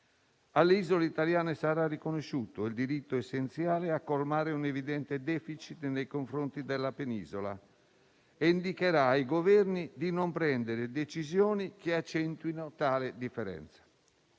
Alle isole italiane sarà riconosciuto il diritto essenziale a colmare un evidente *deficit* nei confronti della penisola, che indicherà ai governi di non prendere decisioni che accentuino tale differenza.